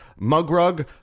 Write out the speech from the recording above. Mugrug